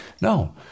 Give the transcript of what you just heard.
No